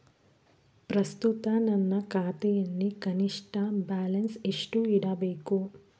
ಪ್ರಸ್ತುತ ನನ್ನ ಖಾತೆಯಲ್ಲಿ ಕನಿಷ್ಠ ಬ್ಯಾಲೆನ್ಸ್ ಎಷ್ಟು ಇಡಬೇಕು?